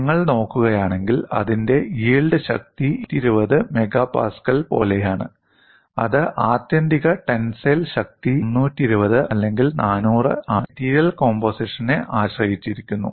നിങ്ങൾ നോക്കുകയാണെങ്കിൽ അതിന്റെ യിൽഡ് ശക്തി 220 MPa പോലെയാണ് അത് ആത്യന്തിക ടെൻസൈൽ ശക്തി 320 അല്ലെങ്കിൽ 400 ആണ് അത് മെറ്റീരിയൽ കോമ്പോസിഷനെ ആശ്രയിച്ചിരിക്കുന്നു